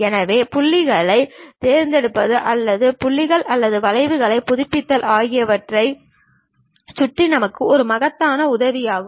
எனவே புள்ளிகளைத் தேர்ந்தெடுப்பது அல்லது புள்ளிகள் அல்லது வளைவுகளைப் புதுப்பித்தல் ஆகியவற்றில் சுட்டி நமக்கு ஒரு மகத்தான உதவியாகும்